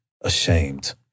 ashamed